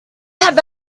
have